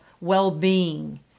well-being